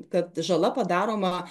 kad žala padaroma